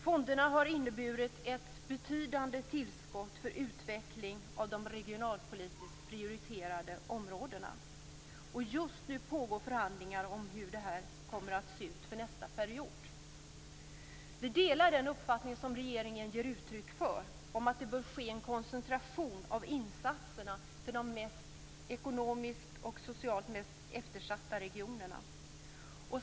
Fonderna har inneburit ett betydande tillskott för utvecklingen av de regionalpolitiskt prioriterade områdena. Just nu pågår förhandlingar om hur detta kommer att se ut för nästa period. Vi delar den uppfattning som regeringen ger uttryck för, dvs. att det bör ske en koncentration av insatserna till de ekonomiskt och socialt sett mest eftersatta regionerna.